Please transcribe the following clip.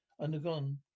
undergone